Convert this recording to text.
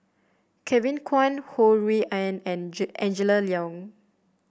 Kevin Kwan Ho Rui An and Angela Liong